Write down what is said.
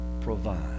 provide